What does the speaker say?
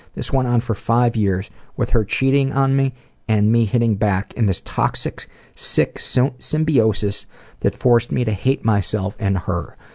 this went on for five hears with her cheating on me and me hitting back in this toxic sick so symbiosis that forced me to hate myself and her.